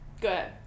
Good